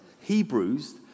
Hebrews